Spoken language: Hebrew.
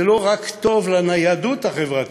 זה לא רק טוב לניידות החברתית,